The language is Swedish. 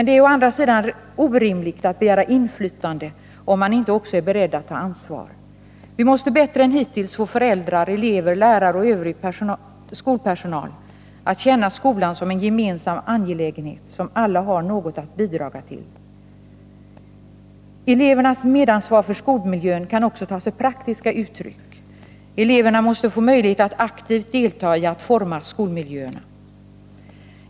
Det är å andra sidan orimligt att begära inflytande om man inte också är beredd att ta ansvar. Vi måste bättre än hittills få föräldrar, elever, lärare och övrig skolpersonal att känna skolan som en gemensam angelägenhet, som alla har något att bidra till. Elevernas medansvar för skolmiljön kan också ta sig praktiska uttryck. Eleverna måste få möjlighet att aktivt delta i att utforma skolmiljöerna.